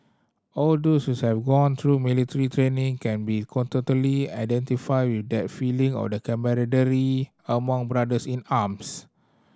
all those have gone through military training can be identify with that feeling of camaraderie among brothers in arms